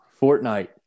Fortnite